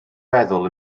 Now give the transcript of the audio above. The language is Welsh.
feddwl